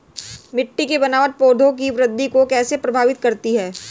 मिट्टी की बनावट पौधों की वृद्धि को कैसे प्रभावित करती है?